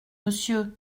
monsieur